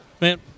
Man